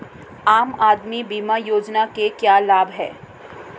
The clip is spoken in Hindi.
आम आदमी बीमा योजना के क्या लाभ हैं?